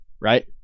right